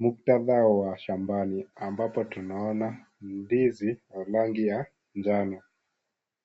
Muktadha wa shambani, ambapo tunaona ndizi ya rangi ya njano,